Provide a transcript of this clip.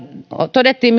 todettiin